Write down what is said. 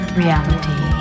reality